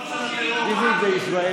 מעניין איזה מדינות.